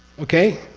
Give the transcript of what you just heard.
okay?